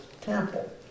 temple